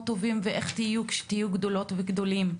טובים על איך תהיו כשתהיו גדולות וגדולים,